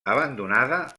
abandonada